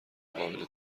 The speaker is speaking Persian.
قابل